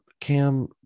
Cam